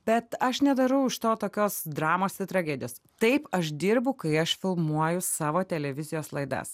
bet aš nedarau iš to tokios dramos ir tragedijos taip aš dirbu kai aš filmuoju savo televizijos laidas